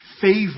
favor